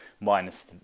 minus